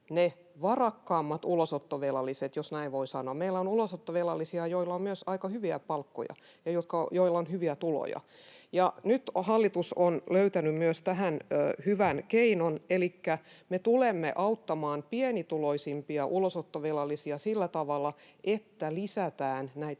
ne varakkaammat ulosottovelalliset, jos näin voi sanoa. Meillä on ulosottovelallisia, joilla on myös aika hyviä palkkoja ja joilla on hyviä tuloja. Nyt hallitus on löytänyt myös tähän hyvän keinon, elikkä me tulemme auttamaan pienituloisimpia ulosottovelallisia sillä tavalla, että lisätään näitä